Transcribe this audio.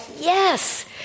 yes